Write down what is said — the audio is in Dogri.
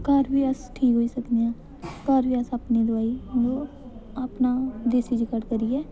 घर बी अस ठीक होई सकनेंआ घर अस अपनी दोआई मतलब अपना देसी नुस्खा करियै